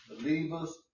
believers